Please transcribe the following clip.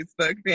Facebook